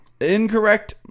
Incorrect